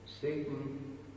Satan